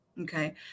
Okay